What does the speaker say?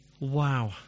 Wow